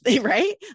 right